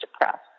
depressed